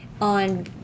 on